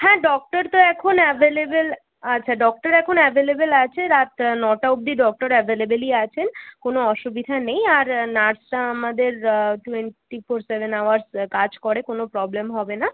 হ্যাঁ ডক্টর তো এখন অ্যাভেলেবেল আচ্ছা ডক্টর এখন অ্যাভেলেবেল আছে রাত নটা অব্দি ডক্টর অ্যাভেলেবেলই আছেন কোনো অসুবিধা নেই আর নার্সরা আমাদের টোয়েন্টি ফোর সেভেন আওয়ার্স কাজ করে কোনো প্রবলেম হবে না